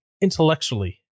intellectually